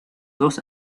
dos